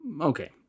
Okay